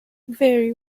very